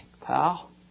pal